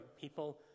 people